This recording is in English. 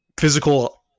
physical